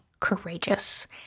Courageous